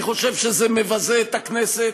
אני חושב שזה מבזה את הכנסת,